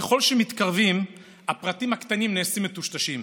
ככל שמתקרבים הפרטים הקטנים נעשים מטושטשים.